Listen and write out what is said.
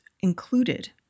included